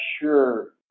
sure